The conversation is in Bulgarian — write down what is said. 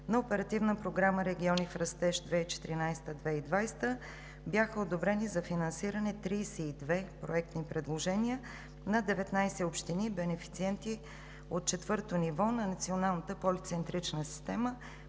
на Оперативна програма „Региони в растеж“ 2014 – 2020, бяха одобрени за финансиране 32 проектни предложения на 19 общини, бенефициенти от четвърто ниво на националната полицентрична система